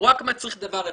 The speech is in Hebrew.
הוא רק מצריך דבר אחד,